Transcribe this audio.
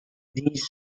these